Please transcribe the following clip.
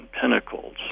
pinnacles